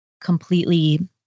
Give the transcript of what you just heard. completely